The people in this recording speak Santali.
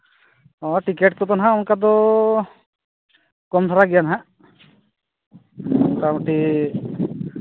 ᱦᱮᱸ ᱴᱤᱠᱤᱴ ᱠᱚᱫᱚ ᱦᱟᱸᱜ ᱚᱱᱠᱟ ᱫᱚ ᱠᱚᱢ ᱫᱷᱟᱨᱟ ᱜᱮᱭᱟ ᱦᱟᱸᱜ ᱢᱳᱴᱟᱢᱩᱴᱤ